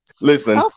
Listen